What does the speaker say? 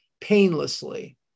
painlessly